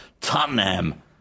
Tottenham